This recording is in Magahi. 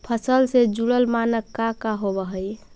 फसल से जुड़ल मानक का का होव हइ?